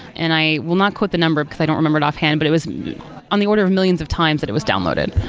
and i will not quote the number, because i don't remember it offhand, but it was on the order of millions of times that it was downloaded,